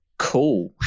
cool